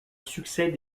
succès